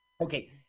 Okay